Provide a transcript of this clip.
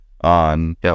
on